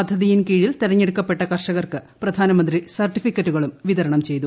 പദ്ധതിയിൻകീഴിൽ തെരഞ്ഞടുക്കപ്പെട്ട കർഷകർക്ക് പ്രധാനമന്ത്രി സർട്ടിഫിക്കറ്റുകളും വിതരണം ചെയ്തു